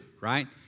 right